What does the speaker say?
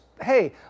hey